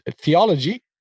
theology